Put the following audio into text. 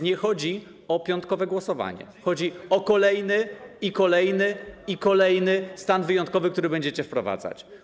Nie chodzi o piątkowe głosowanie, chodzi o kolejny, kolejny i kolejny stan wyjątkowy, które będziecie wprowadzać.